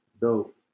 Dope